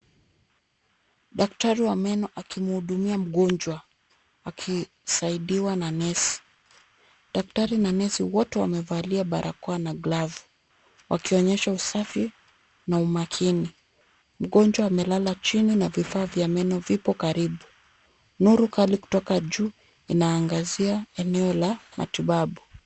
Daktari wa meno akimhudumia mgonjwa akisaidiwa na nesi. Daktari na nesi wote wamevalia barakoa na glavu wakionyesha usafi na umakini. Mgonjwa amelala chini na vifaa vya meno vipo karibu, nuru kali kutoka juu inaangazia eneo la matibabu.